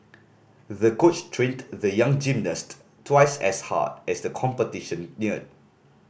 the coach trained the young gymnast twice as hard as the competition neared